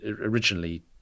originally